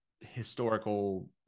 historical